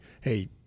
hey